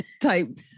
type